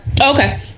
Okay